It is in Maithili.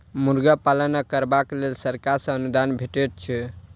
मुर्गा पालन करबाक लेल सरकार सॅ अनुदान भेटैत छै